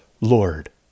Lord